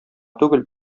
түгел